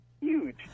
huge